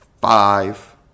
five